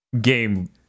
game